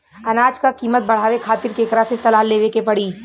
अनाज क कीमत बढ़ावे खातिर केकरा से सलाह लेवे के पड़ी?